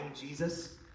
Jesus